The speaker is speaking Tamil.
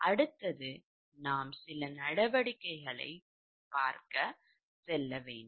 அடுத்தது நாம் சில நடவடிக்கைகளுக்கு செல்ல வேண்டும்